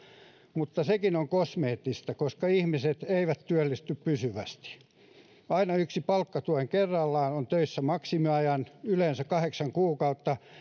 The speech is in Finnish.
mutta sekin on kosmeettista koska ihmiset eivät työllisty pysyvästi aina yksi palkkatuettu kerrallaan on töissä maksimiajan yleensä kahdeksan kuukautta